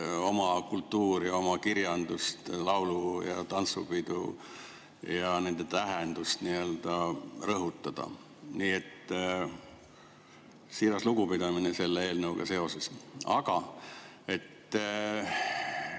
Oma kultuuri, oma kirjandust, laulu‑ ja tantsupidu ja nende tähendust tuleb rõhutada. Nii et siiras lugupidamine selle eelnõuga seoses. Aga on